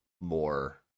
more